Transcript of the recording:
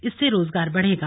इससे रोजगार बढ़ेगा